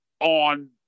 on